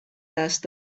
دست